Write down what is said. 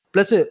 Plus